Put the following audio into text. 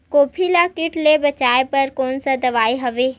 गोभी ल कीट ले बचाय बर कोन सा दवाई हवे?